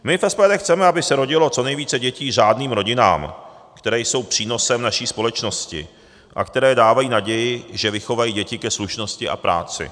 My v SPD chceme, aby se rodilo co nejvíce dětí řádným rodinám, které jsou přínosem naší společnosti a které dávají naději, že vychovají děti ke slušnosti a práci.